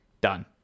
Done